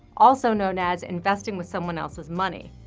also known as investing with someone else's money.